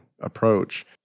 approach